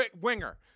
winger